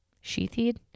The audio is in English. Sheathed